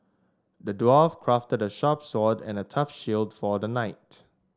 the dwarf crafted a sharp sword and a tough shield for the knight